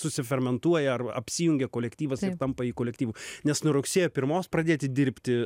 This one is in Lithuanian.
susifermentuoja ar apsijungia kolektyvas ir tampa kolektyvu nes nuo rugsėjo pirmos pradėti dirbti